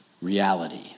Reality